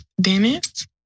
Dennis